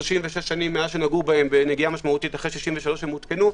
36 שנה מאז שנגעו בהן בנגיעה משמעותית אחרי 63' שעודכנו.